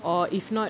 or if not